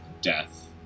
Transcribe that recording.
death